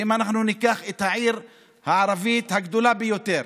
ואם אנחנו ניקח את העיר הערבית הגדולה ביותר,